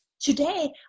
Today